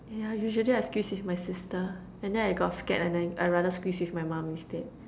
yeah usually I squeeze with my sister and then I got scared and I I rather squeeze with my mum instead